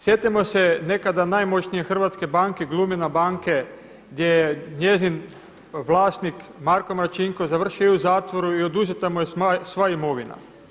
Sjetimo se nekada najmoćnije hrvatske banke Glumina banke gdje je njezin vlasnik Marko Marčinko završio u zatvoru i oduzeta mu je sva imovina.